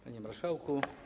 Panie Marszałku!